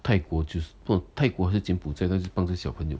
泰国就是不懂泰国还是柬埔寨他去帮这些小朋友